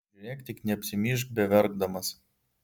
žiūrėk tik neapsimyžk beverkdamas